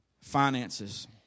finances